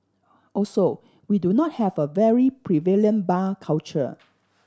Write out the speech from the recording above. also we do not have a very prevalent bar culture